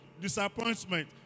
disappointment